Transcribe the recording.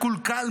מקולקל,